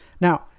Now